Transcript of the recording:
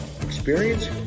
experience